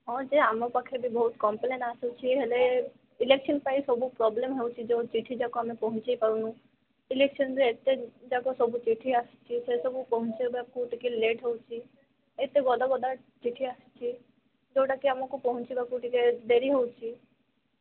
ହଁ ଯେ ଆମ ପାଖରେ ବହୁତ କମ୍ପ୍ଲେନ୍ ଆସୁଛି ହେଲେ ଇଲେକ୍ସନ ପାଇଁ ସବୁ ପ୍ରୋବ୍ଲେମ୍ ହେଉଛି ଯୋଉ ଚିଠି ଯାକ ଆମେ ପହଞ୍ଚେଇ ପାରୁନୁ ଇଲେକ୍ସନରେ ଏତେ ଯାକ ସବୁ ଚିଠି ଆସୁଛି ସେସବୁ ପହଞ୍ଚେଇବାକୁ ଟିକେ ଲେଟ୍ ହେଉଛି ଏତ ଗଦାଗଦା ଚିଠି ଆସୁଛି ଯୋଉଟାକି ଆମକୁ ପହଞ୍ଚିବାକୁ ଟିକେ ଡେରି ହେଉଛି